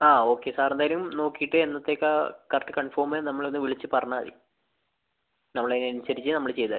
ആ okay sir എന്തായാലും നോക്കീട്ട് എന്നത്തേക്കാണ് കറക്റ്റ് കൺഫോമായി നമ്മളെ ഒന്ന് വിളിച്ച് പറഞ്ഞാൽ മതി നമ്മൾ അതിനനുസരിച്ച് നമ്മൾ ചെയ്തരാം